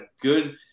good